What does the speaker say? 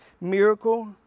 miracle